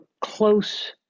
close